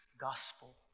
gospel